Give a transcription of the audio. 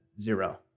zero